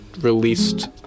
Released